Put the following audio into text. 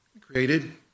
created